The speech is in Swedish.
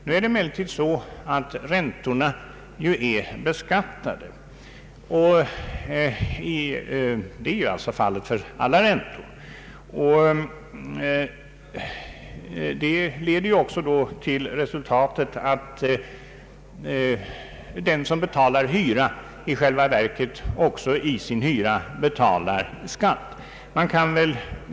Nu är emellertid räntorna beskattade — och det är fallet beträffande alla räntor — vilket leder till att den som betalar hyra i själva verket också genom hyran betalar skatt.